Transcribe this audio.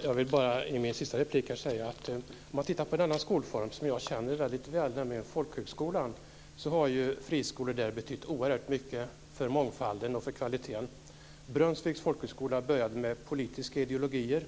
Fru talman! Jag vill i min sista replik säga att om man tittar på en annan skolform som jag känner väldigt väl, nämligen folkhögskolan, så har friskolor där betytt oerhört mycket för mångfalden och kvaliteten. Brunnsviks folkhögskola började med politiska ideologier